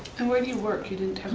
and where do you work, you didn't have